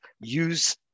use